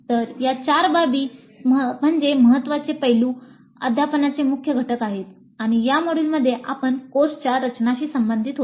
तर या चार बाबी म्हणजे महत्त्वाचे पैलू अध्यापनाचे मुख्य घटक आहेत आणि या मॉड्यूलमध्ये आपण कोर्सच्या रचनाशी संबंधित होतो